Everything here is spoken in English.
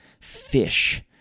fish